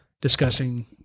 discussing